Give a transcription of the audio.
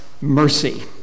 mercy